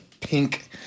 pink